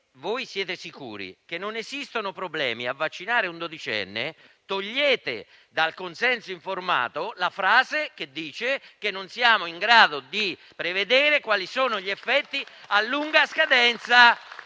siete sicuri che non esistono problemi a vaccinare un dodicenne, togliete dal consenso informato la frase che dice che non siamo in grado di prevedere quali sono gli effetti a lunga scadenza.